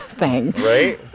right